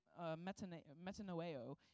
metanoeo